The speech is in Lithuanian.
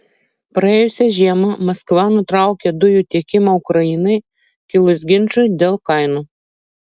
praėjusią žiemą maskva nutraukė dujų tiekimą ukrainai kilus ginčui dėl kainų